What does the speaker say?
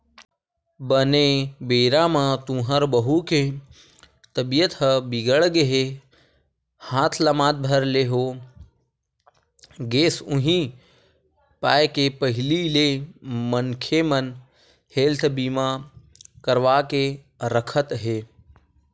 बने बेरा म तुँहर बहू के तबीयत ह बिगड़ गे हाथ लमात भर ले हो गेस उहीं पाय के पहिली ले मनखे मन हेल्थ बीमा करवा के रखत हे